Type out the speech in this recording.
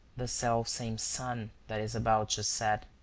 the selfsame sun that is about to set.